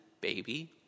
baby